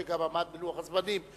שגם עמד בלוח הזמנים.